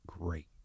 great